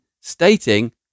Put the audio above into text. stating